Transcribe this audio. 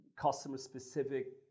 customer-specific